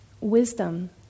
wisdom